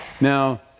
Now